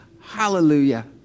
Hallelujah